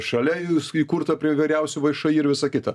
šalia jūs įkurta prie įvairiausių všį ir visa kita